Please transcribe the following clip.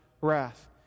wrath